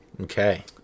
okay